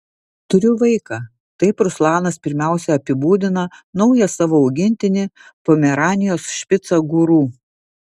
turiu vaiką taip ruslanas pirmiausia apibūdina naują savo augintinį pomeranijos špicą guru